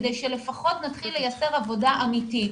כדי שלפחות נתחיל לייצר עבודה אמתית.